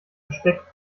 besteck